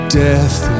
death